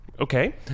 Okay